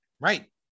right